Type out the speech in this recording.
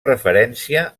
referència